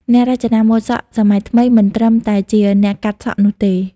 អ្នករចនាម៉ូដសក់សម័យថ្មីមិនត្រឹមតែជាអ្នកកាត់សក់នោះទេ។